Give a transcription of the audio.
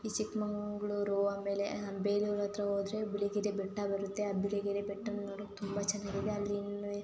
ಈ ಚಿಕ್ಕಮಗ್ಳೂರು ಆಮೇಲೆ ಬೇಲೂರು ಹತ್ರ ಹೋದ್ರೆ ಬಿಳಿಗಿರಿ ಬೆಟ್ಟ ಬರುತ್ತೆ ಆ ಬಿಳಿಗಿರಿ ಬೆಟ್ಟ ನೋಡೋಕೆ ತುಂಬ ಚೆನ್ನಾಗಿದೆ ಅಲ್ಲಿ